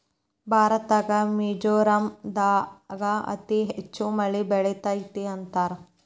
ಭಾರತದಾಗ ಮಿಜೋರಾಂ ದಾಗ ಅತಿ ಹೆಚ್ಚ ಮಳಿ ಬೇಳತತಿ ಅಂತಾರ